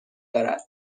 دارد